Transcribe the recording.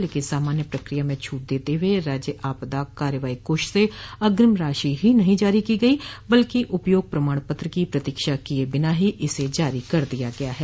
लेकिन सामान्य प्रक्रिया में छूट देते हुए राज्य आपदा कार्रवाई कोष से अग्रिम राशि ही नहीं जारी की गई है बल्कि उपयोग प्रमाण पत्र की प्रतीक्षा किये बिना ही इसे जारी कर दिया गया है